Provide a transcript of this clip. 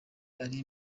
ari